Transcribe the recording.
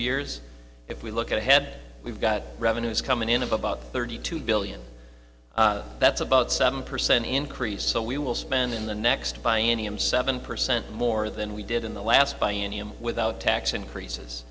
years if we look ahead we've got revenues coming in of about thirty two billion that's about seven percent increase so we will spend in the next by any i'm seven percent more than we did in the last by any i'm without tax increases